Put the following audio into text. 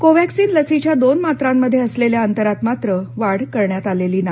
कोव्हॅक्सीन लसीच्या दोन मात्रांमध्ये असलेल्या अंतरात मात्र वाढ करण्यात आलेली नाही